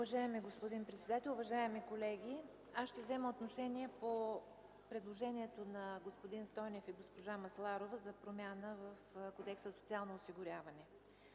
Уважаеми господин председател, уважаеми колеги, ще взема отношение по предложението на господин Стойнев и госпожа Масларова за промяна в Кодекса за социално осигуряване.